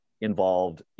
involved